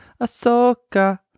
Ahsoka